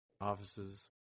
offices